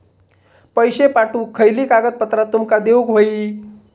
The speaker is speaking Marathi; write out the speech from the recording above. पैशे पाठवुक खयली कागदपत्रा तुमका देऊक व्हयी?